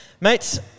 Mates